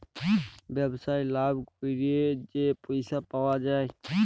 ব্যবসায় লাভ ক্যইরে যে পইসা পাউয়া যায়